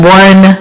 one